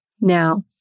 Now